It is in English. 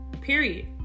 period